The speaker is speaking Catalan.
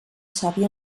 savi